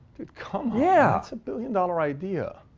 c'mon. yeah. it's a billion dollar idea.